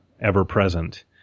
ever-present